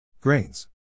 Grains